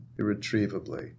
irretrievably